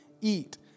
eat